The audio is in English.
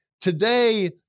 today